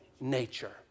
nature